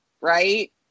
right